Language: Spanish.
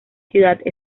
ciudad